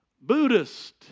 Buddhist